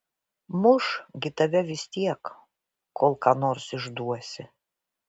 muš gi tave vis tiek kol ką nors išduosi